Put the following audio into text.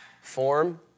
form